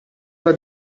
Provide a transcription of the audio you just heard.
alla